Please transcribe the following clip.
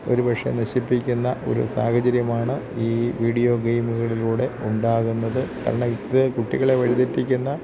ഒരുപക്ഷെ നശിപ്പിക്കുന്ന ഒരു സാഹചര്യമാണ് ഈ വീഡിയോ ഗെയ്മുകളിലൂടെ ഉണ്ടാകുന്നത് കാരണം ഇത് കുട്ടികളെ വഴിതെറ്റിക്കുന്ന